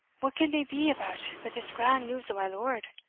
what can they be about but this grand news o' my lord,